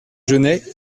genêts